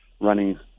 Running